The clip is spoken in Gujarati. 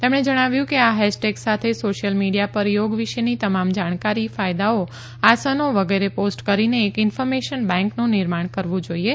તેમણે જણાવ્યુ કે આ હેશટેગ સાથે સોશિયલ મીડિયા પર યોગ વિશેની તમામ જાણકારી ફાયદાઓ આસનો વગેરે પોસ્ટ કરીને એક ઇન્ફોર્મેશન બેન્કનું નિર્માણ કરવું જોઇએ